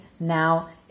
now